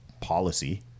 policy